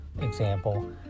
example